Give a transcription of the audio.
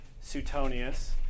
Suetonius